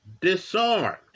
disarmed